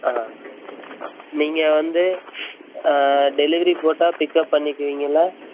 ஆ நீங்கள் வந்து டெலிவரி போட்டால் பிக்கப் பண்ணிக்குவீங்களா